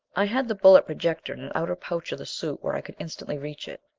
i had the bullet projector in an outer pouch of the suit where i could instantly reach it.